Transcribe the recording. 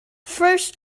first